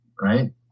right